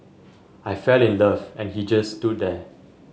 I fell in love and he just stood there